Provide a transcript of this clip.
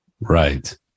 Right